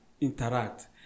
interact